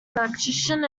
electrician